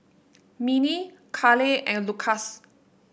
Minnie Carlyle and Lukas